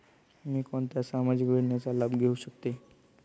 मी कोणत्या सामाजिक योजनेचा लाभ घेऊ शकते?